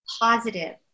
positive